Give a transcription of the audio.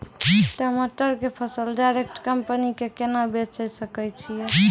टमाटर के फसल डायरेक्ट कंपनी के केना बेचे सकय छियै?